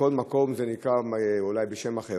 בכל מקום זה נקרא אולי בשם אחר.